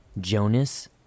Jonas